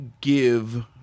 give